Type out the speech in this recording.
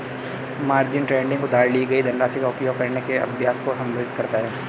margin trading उधार ली गई धनराशि का उपयोग करने के अभ्यास को संदर्भित करता है